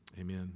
Amen